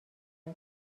اید